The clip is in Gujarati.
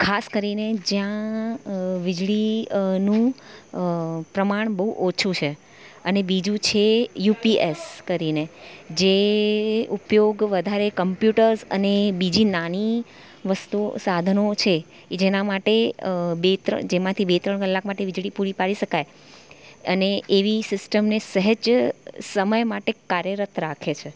ખાસ કરીને જ્યાં વીજળીનું પ્રમાણ બહુ ઓછું છે અને બીજું છે યુપીએસ કરીને જે ઉપયોગ વધારે કમ્યુટર્સ અને બીજી નાની વસ્તુ સાધનો છે જેના માટે બે જેમાંથી બે ત્રણ કલાક માટે વીજળી પૂરી પાડી શકાય અને એવી સિસ્ટમને સહેજ સમય માટે કાર્યરત રાખે છે